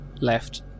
left